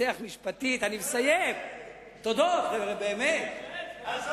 לנסח משפטית, תן לנו לעלות להודות גם.